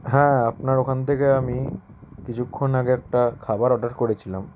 হ্যাঁ আপনার ওখান থেকে আমি কিছুক্ষণ আগে একটা খাবার অর্ডার করেছিলাম